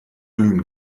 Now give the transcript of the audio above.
glühen